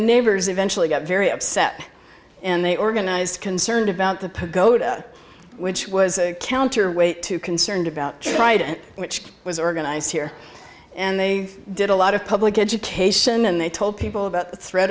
the neighbors eventually got very upset and they organized concerned about the pagoda which was a counterweight to concerned about right and which was organized here and they did a lot of public education and they told people about the threat